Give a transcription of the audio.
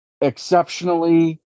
exceptionally